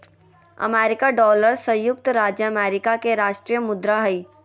America dollar संयुक्त राज्य America के राष्ट्रीय मुद्रा हइ